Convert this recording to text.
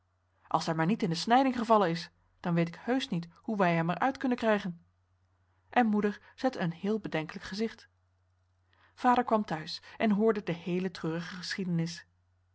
als hij maar niet in de snijding gevallen is dan weet ik heusch niet hoe wij hem er uit kunnen krijgen en moeder zette een heel bedenkelijk gezicht vader kwam thuis en hoorde de heele treurige geschiedenis